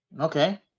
Okay